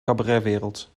cabaretwereld